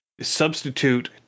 substitute